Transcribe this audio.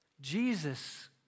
Jesus